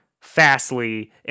fastly